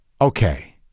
Okay